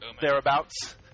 thereabouts